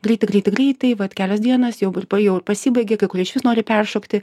greitai greitai greitai vat kelios dienos jau ir jau ir pasibaigė kai kurie išvis nori peršokti